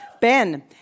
Ben